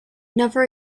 never